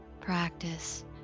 practice